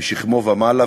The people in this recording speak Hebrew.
משכמו ומעלה,